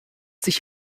sich